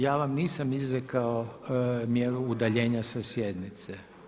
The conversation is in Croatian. Ja vam nisam izrekao mjeru udaljenja sa sjednice.